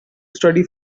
study